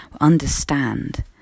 understand